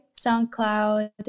SoundCloud